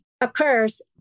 occurs